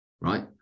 right